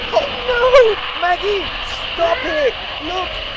oh no! maggie, stop it! look,